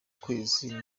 kwezi